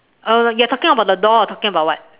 you are talking about the door or talking about what